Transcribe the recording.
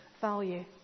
value